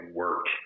work